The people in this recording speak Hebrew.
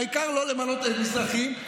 העיקר לא למנות מזרחים.